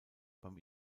beim